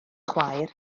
chwaer